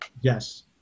yes